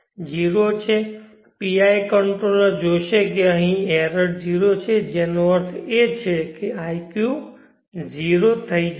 0 છે PI controller જોશે કે અહીં એરર 0 છે જેનો અર્થ છે કે iq 0 થઈ જશે